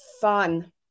fun